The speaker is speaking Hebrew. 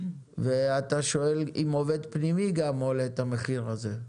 ואתה שואל עם עובד פנימי גם עולה את המחיר הזה.